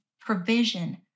provision